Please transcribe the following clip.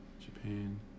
Japan